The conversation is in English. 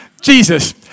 Jesus